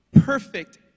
perfect